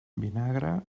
vinagre